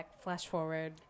flash-forward